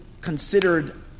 considered